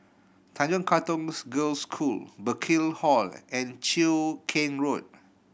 Tanjong Katong Girls' School Burkill Hall and Cheow Keng Road